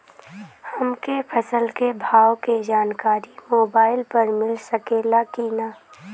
हमके फसल के भाव के जानकारी मोबाइल पर मिल सकेला की ना?